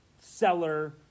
seller